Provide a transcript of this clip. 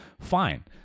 fine